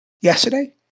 Yesterday